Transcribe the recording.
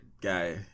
guy